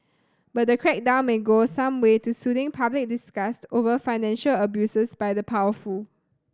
but the crackdown may go some way to soothing public disgust over financial abuses by the powerful